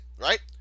right